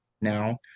now